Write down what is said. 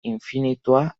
infinitua